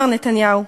מר נתניהו,